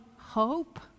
hope